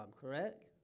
correct